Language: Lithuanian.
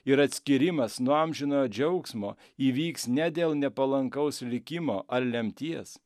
ir atskyrimas nuo amžinojo džiaugsmo įvyks ne dėl nepalankaus likimo ar lemties